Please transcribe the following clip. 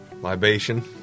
libation